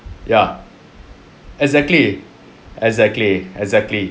ya exactly exactly exactly